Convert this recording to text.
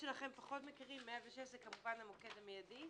106 זה המוקד המיידי,